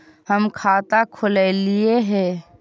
हम खाता खोलैलिये हे?